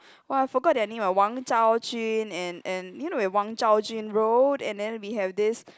!wah! I forgot their name ah Wang-Zhao-jun and and eh no wait Wang-Zhao-jun road and then we have this